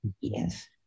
yes